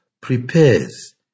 prepares